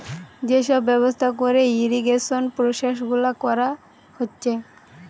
যে সব ব্যবস্থা কোরে ইরিগেশন প্রসেস গুলা কোরা হচ্ছে